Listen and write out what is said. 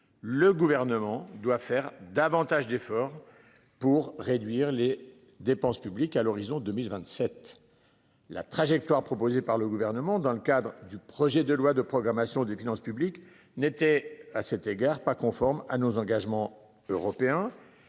le gouvernement doit faire davantage d'efforts. Pour réduire les dépenses publiques à l'horizon 2027. La trajectoire proposée par le gouvernement dans le cadre du projet de loi de programmation des finances publiques n'était à cet égard pas conforme à nos engagements européens.